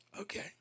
Okay